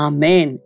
Amen